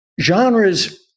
genres